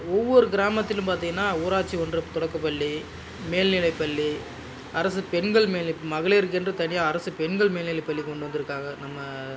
ஒவ்வொரு கிராமத்திலும் பார்த்திங்கனா ஊராட்சி ஒன்றிய தொடக்க பள்ளி மேல்நிலை பள்ளி அரசு பெண்கள் மேல்நிலை மகளிருக்கென்று தனியாக அரசு பெண்கள் மேல்நிலை பள்ளி கொண்டு வந்திருக்காங்க நம்ம